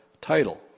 title